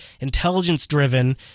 intelligence-driven